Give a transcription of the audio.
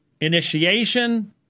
initiation